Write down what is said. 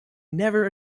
never